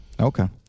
Okay